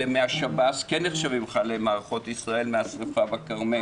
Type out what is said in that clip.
אלה מהשב"ס כן נחשבים חללי מערכות ישראל מהשריפה בכרמל,